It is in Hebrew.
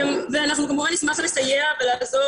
אנחנו כמובן נשמח לסייע ולעזור,